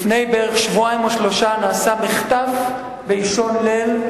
לפני בערך שבועיים או שלושה שבועות נעשה מחטף באישון ליל,